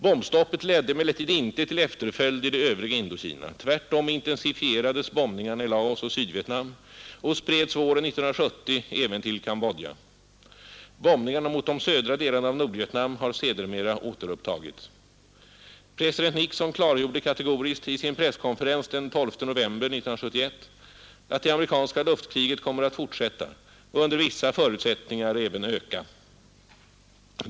Bombstoppet ledde emellertid inte till efterföljd i det övriga Indokina. Tvärtom intensifierades bombningarna i Laos och Sydvietnam och spreds våren 1970 även till Cambodja. Bombningarna mot de södra delarna av Nordvietnam har sedermera återupptagits. President Nixon klargjorde kategoriskt i sin presskonferens den 12 november 1971 att det amerikanska luftkriget kommer att fortsätta och under vissa förutsättningar även öka.